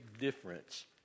difference